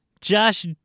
Josh